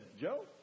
Joe